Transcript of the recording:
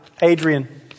Adrian